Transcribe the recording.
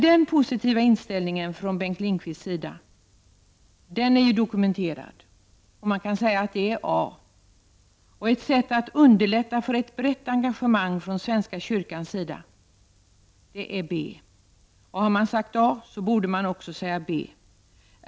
Den positiva inställningen från Bengt Lindqvists sida är dokumenterad. Man kan säga att detta är A. Att underlätta för ett brett engagemang från den svenska kyrkan är B. Har man sagt A borde man också säga B.